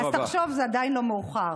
אז תחשוב, זה עדיין לא מאוחר.